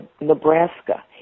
Nebraska